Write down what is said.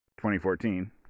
2014